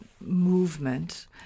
Movement